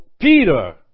Peter